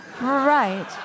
Right